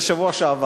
זה, שבוע שעבר.